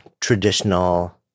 traditional